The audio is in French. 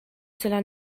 cela